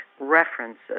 references